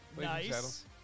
Nice